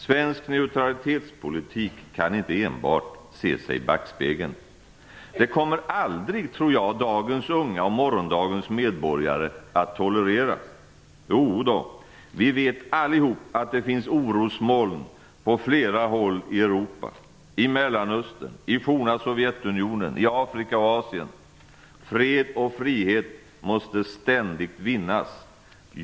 Svensk neutralitetspolitik kan inte enbart se sig i backspegeln. Det kommer aldrig, tror jag, dagens unga och morgondagens medborgare att tolerera. Jo då, vi vet allihop att det finns orosmoln på flera håll i Europa, i Mellanöstern, i forna Sovjetunionen, i Afrika och Asien. Fred och frihet måste ständigt vinnas.